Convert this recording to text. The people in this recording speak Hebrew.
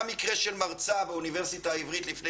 היה מקרה של מרצה באוניברסיטה העברית לפני